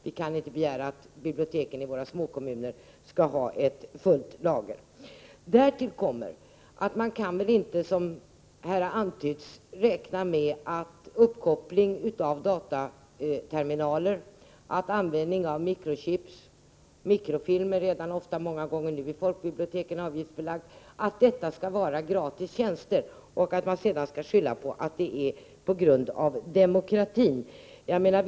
Vi kan inte begära att biblioteken i våra småkommuner skall ha ett fullständigt Tätteråtur.ock folker bibliotek Därtill kommer att vi inte kan räkna med att, som här har antytts, uppkoppling av dataterminaler och användning av mikrochips skall vara gratis tjänster med hänvisning till demokratin — användning av mikrofilm i folkbiblioteken är redan nu många gånger avgiftsbelagd.